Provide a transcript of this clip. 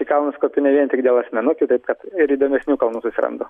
į kalnus kopiu ne vien tik dėl asmenukių taip kad ir įdomesnių kalnų susirandu